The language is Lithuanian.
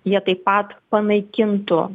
jie taip pat panaikintų